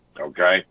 Okay